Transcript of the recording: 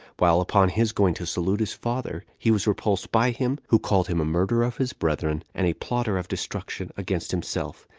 while, upon his going to salute his father, he was repulsed by him, who called him a murderer of his brethren, and a plotter of destruction against himself,